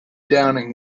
downing